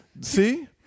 See